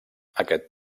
aquest